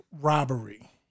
robbery